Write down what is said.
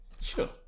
Sure